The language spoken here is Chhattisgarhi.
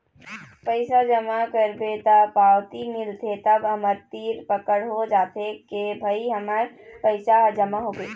पइसा जमा करबे त पावती मिलथे तब हमर तीर पकड़ हो जाथे के भई हमर पइसा ह जमा होगे